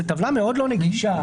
זו טבלה מאוד לא נגישה,